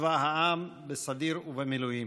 צבא העם, בסדיר ובמילואים,